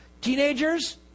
Teenagers